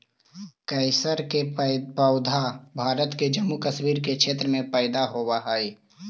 केसर के पौधा भारत में जम्मू कश्मीर के क्षेत्र में पैदा होवऽ हई